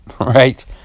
right